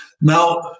Now